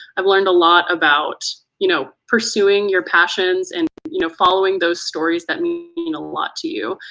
i've learned a lot about you know pursuing your passions and you know following those stories that mean you know a lot to you.